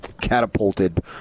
catapulted